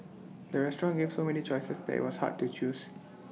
the restaurant gave so many choices that IT was hard to choose